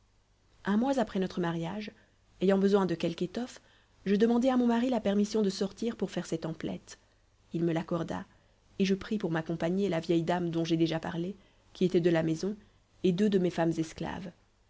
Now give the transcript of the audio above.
un mois après notre mariage ayant besoin de quelque étoffe je demandai à mon mari la permission de sortir pour faire cette emplette il me l'accorda et je pris pour m'accompagner la vieille dame dont j'ai déjà parlé qui était de la maison et deux de mes femmes esclaves